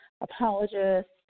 apologists